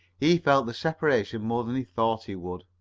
he felt the separation more than he thought he would.